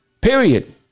Period